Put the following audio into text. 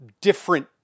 different